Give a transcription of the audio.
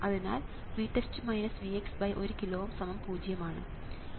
അതിനാൽ 1 കിലോ Ω 0 ആണ്